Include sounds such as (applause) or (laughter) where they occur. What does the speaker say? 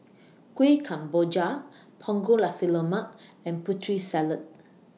(noise) Kuih Kemboja Punggol Nasi Lemak and Putri Salad